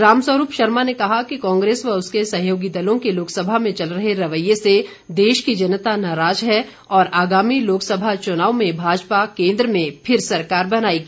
राम स्वरूप शर्मा ने कहा कि कांग्रेस व उसके सहयोगी दलों के लोकसभा में चल रहे रवैये से देश की जनता नाराज़ है और आगामी लोकसभा चुनाव में भाजपा कोन्द्र में फिर सरकार बनाएगी